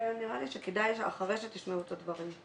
נראה לי שכדאי שאחרי שתשמעו את הדברים.